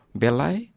belai